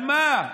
על מה?